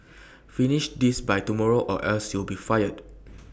finish this by tomorrow or else you'll be fired